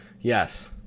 Yes